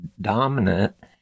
dominant